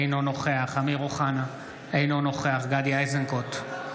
אינו נוכח אמיר אוחנה, אינו נוכח גדי איזנקוט,